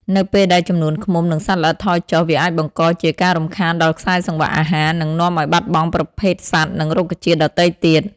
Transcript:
នៅពេលដែលចំនួនឃ្មុំ និងសត្វល្អិតថយចុះ វាអាចបង្កជាការរំខានដល់ខ្សែសង្វាក់អាហារ និងនាំឱ្យបាត់បង់ប្រភេទសត្វ និងរុក្ខជាតិដទៃទៀត។